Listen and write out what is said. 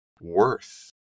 worth